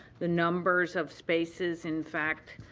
the numbers of spaces, in fact,